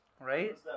right